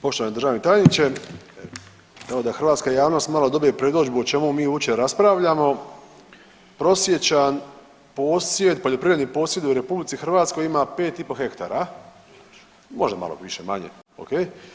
Poštovani državni tajniče, evo da hrvatska javnost malo dobije predodžbu o čemu mi uopće raspravljamo, prosječan posjed, poljoprivredni posjed u RH ima 5,5 hektara, možda malo više-manje okej.